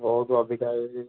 ବହୁତ ଅଧିକା ହୋଇଛି